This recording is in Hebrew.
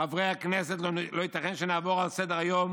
"חברי הכנסת, לא ייתכן שנעבור לסדר-היום